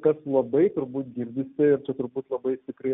kas labai turbūt girdisi ir čia turbūt labai tikrai